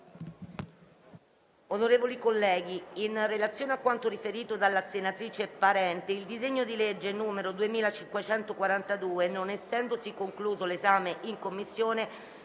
Onorevoli colleghi, in relazione a quanto riferito dalla senatrice Parente, il disegno di legge n. 2542, non essendosene concluso l'esame nelle Commissioni